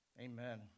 Amen